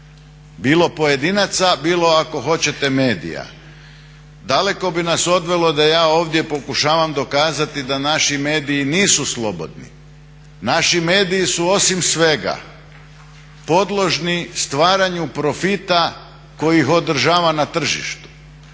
bilo pojedinca bilo ako hoćete medija. Daleko bi nas odvelo da ja ovdje pokušavam dokazati da naši mediji nisu slobodni, naši mediji su osim svega podložni stvaranju profita koji ih odražava na tržištu.